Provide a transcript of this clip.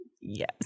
Yes